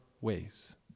ways